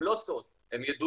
הם לא סוד, הם ידועים,